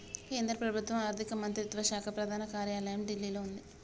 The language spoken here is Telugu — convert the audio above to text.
కేంద్ర ప్రభుత్వం ఆర్ధిక మంత్రిత్వ శాఖ ప్రధాన కార్యాలయం ఢిల్లీలో వుంది